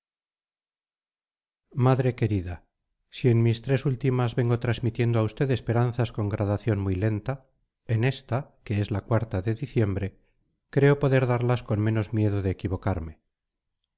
madre querida si en mis tres últimas vengo transmitiendo a usted esperanzas con gradación muy lenta en esta que es la cuarta de diciembre creo poder darlas con menos miedo de equivocarme